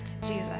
Jesus